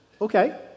Okay